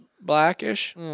blackish